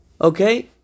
Okay